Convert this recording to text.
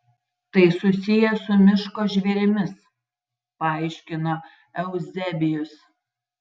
tai susiję su miško žvėrimis paaiškino euzebijus